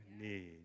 need